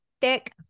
thick